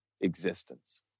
existence